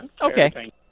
Okay